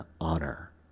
honor